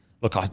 look